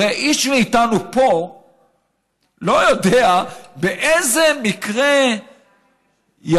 הרי איש מאיתנו פה לא יודע באיזה מקרה יחשוב